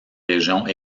régions